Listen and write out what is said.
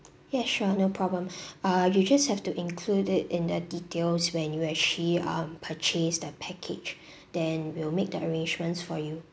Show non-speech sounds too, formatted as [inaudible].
yes sure no problem [breath] uh you just have to include it in the details when you actually um purchase that package [breath] then we'll make the arrangements for you